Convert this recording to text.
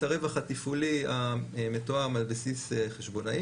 הרווח התפעולי המתואם על בסיס חשבונאי.